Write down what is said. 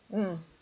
mm